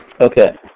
Okay